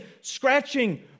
scratching